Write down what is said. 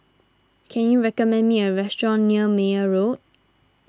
can you recommend me a restaurant near Meyer Road